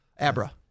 Abra